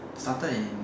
started in